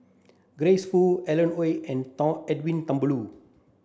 Grace Fu Alan Oei and Edwin Thumboo